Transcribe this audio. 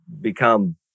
become